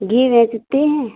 घी बेचती हैं